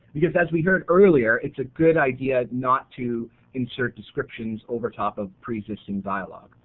because as we heard earlier it's ah good idea not to insert descriptions over top of preexisting dialogue.